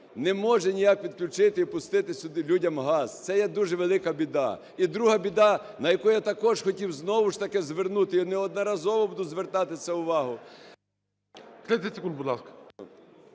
не може ніяк підключити і пустити сюди людям газ. Це є дуже велика біда. І друга біда, на яку я також хотів знову ж таки звернути і неодноразово буду звертати на